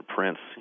Prince